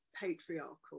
patriarchal